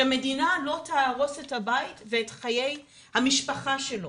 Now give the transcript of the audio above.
שמדינה לא תהרוס את הבית ואת חיי המשפחה שלו,